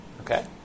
Okay